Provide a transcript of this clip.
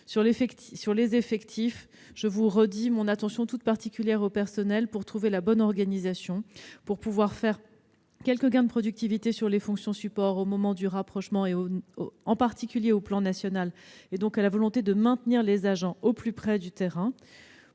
les effectifs, je vous redis l'attention toute particulière que je porte au personnel, afin de trouver la bonne organisation, pour parvenir à quelques gains de productivité sur les fonctions support, au moment du rapprochement, en particulier au plan national, et maintenir les agents au plus près du terrain.